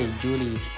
Julie